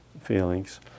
feelings